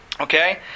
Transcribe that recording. Okay